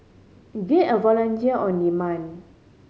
get a volunteer on demand